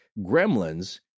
gremlins